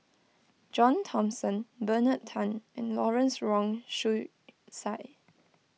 John Thomson Bernard Tan and Lawrence Wong Shyun Tsai